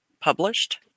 published